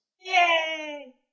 Yay